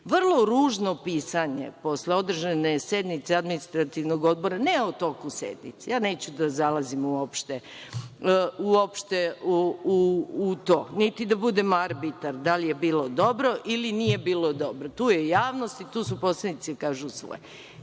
vrlo ružno pisanje posle održane sednice Administrativnog odbora, ne u toku sednice, neću da zalazim uopšte u to, niti da bude arbitar- da li je bilo dobro ili nije bilo dobro, tu je javnosti i tu su poslanici da kažu svoje,